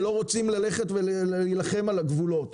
ולא רוצים ללכת ולהילחם על הגבולות.